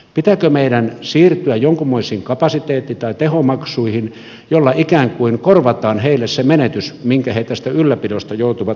pitääkö meidän siirtyä jonkunmoisiin kapasiteetti tai tehomaksuihin joilla ikään kuin korvataan heille se menetys minkä he tästä ylläpidosta joutuvat maksamaan